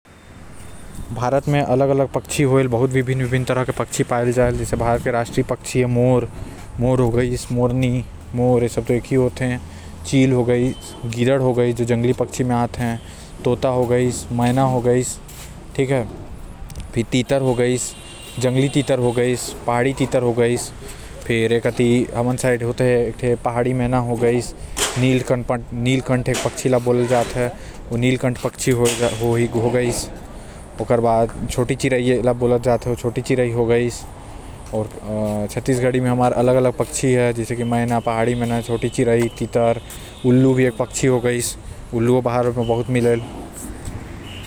भारत म बहुत सारा पक्षी होएल जैसे भारत के राष्ट्रीय पक्षी हे मोर आऊ साथ म बहुत सारा पक्षी आएल जायल भारत एक बहुत सुंदर देश हैव आऊ जअनवर भी बहुत सारा पायल जायल।